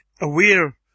aware